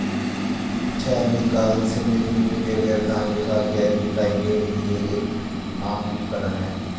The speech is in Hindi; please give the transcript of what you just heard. छेनी का हल सीमित मिट्टी के व्यवधान के साथ गहरी जुताई के लिए एक आम उपकरण है